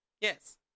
Yes